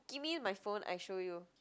give me my phone I show you